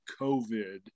COVID